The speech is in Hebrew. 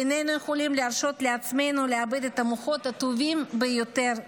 איננו יכולים להרשות לעצמנו לאבד את המוחות הטובים ביותר שלנו.